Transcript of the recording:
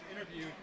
interview